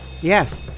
yes